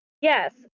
Yes